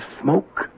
smoke